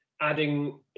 adding